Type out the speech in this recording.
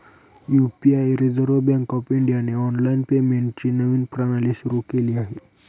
UPI reserve bank of इंडियाने online पेमेंटची नवीन प्रणाली सुरू केली आहे